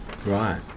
Right